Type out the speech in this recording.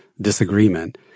disagreement